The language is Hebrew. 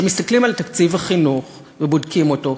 כשמסתכלים על תקציב החינוך ובודקים אותו,